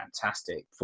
fantastic